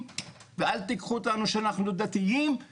אל תקחו אותנו שאנחנו מסורתיים ואל תקחו אותנו שאנחנו דתיים,